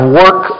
work